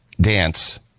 dance